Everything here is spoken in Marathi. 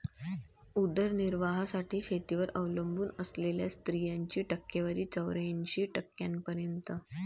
उदरनिर्वाहासाठी शेतीवर अवलंबून असलेल्या स्त्रियांची टक्केवारी चौऱ्याऐंशी टक्क्यांपर्यंत